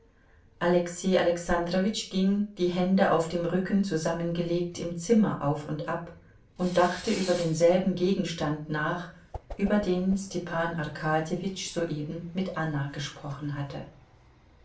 alexei alexandrowitsch ging die hände auf dem rücken zusammengelegt im zimmer auf und ab und dachte über denselben gegenstand nach über den stepan arkadjewitsch soeben mit anna gesprochen hatte